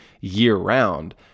year-round